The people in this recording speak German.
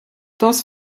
das